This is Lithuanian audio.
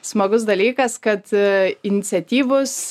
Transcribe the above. smagus dalykas kad ee iniciatyvūs